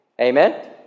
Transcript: Amen